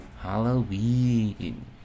Halloween